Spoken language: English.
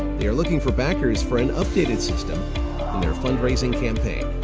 they are looking for backers for an updated system in their fundraising campaign.